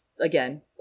again